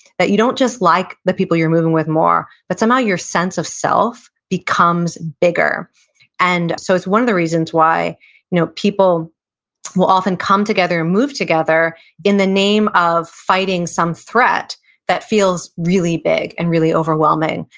that you don't just like the people you're moving with more, but somehow your sense of self becomes bigger and so it's one of the reasons why people will often come together and move together in the name of fighting some threat that feels really big and really overwhelming.